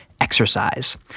exercise